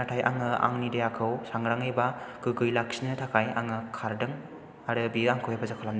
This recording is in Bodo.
नाथाय आङो आंनि देहाखौ सांग्राङै बा गोगोयै लाखिनो थाखाय आङो खारदों आरो बियो आंखौ हेफाजाब खालामो